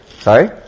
Sorry